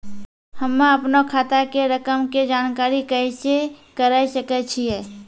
हम्मे अपनो खाता के रकम के जानकारी कैसे करे सकय छियै?